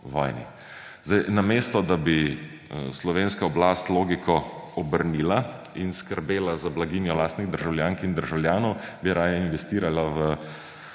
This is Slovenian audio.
vojni. Namesto da bi slovenska oblast logiko obrnila in skrbela za blaginjo lastnih državljank in državljanov, je raje investirala v